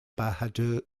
bahadur